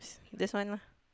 this one lah